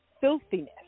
filthiness